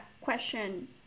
question